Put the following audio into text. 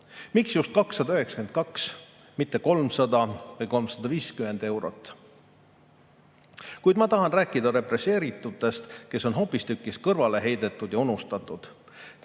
Miks just 292, mitte 300 või 350 eurot? Kuid ma tahan rääkida represseeritutest, kes on hoopistükkis kõrvale heidetud ja unustatud.